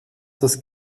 das